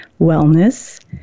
Wellness